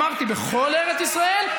אמרתי: בכל ארץ ישראל,